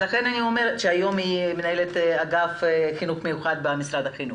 והיום היא מנהלת אגף חינוך מיוחד במשרד החינוך.